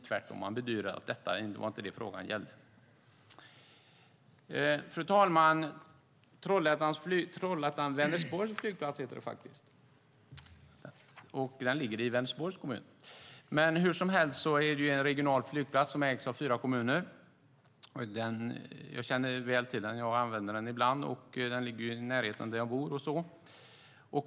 Tvärtom - man bedyrade att det inte var detta frågan gällde. Fru talman! Trollhättan-Vänersborgs flygplats ligger i Vänersborgs kommun, men det är en regional flygplats som ägs av fyra kommuner. Jag känner väl till den och använder den ibland då den ligger i närheten av där jag bor.